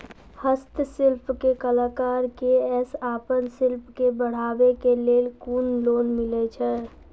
हस्तशिल्प के कलाकार कऽ आपन शिल्प के बढ़ावे के लेल कुन लोन मिलै छै?